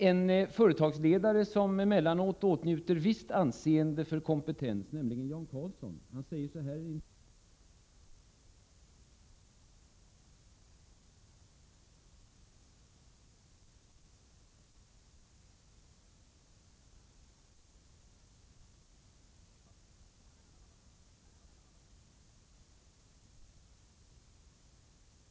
En företagsledare som emellanåt åtnjuter visst anseende för kompetens, nämligen Jan Carlzon, sade följande i en intervju: Betygen mäter fel saker.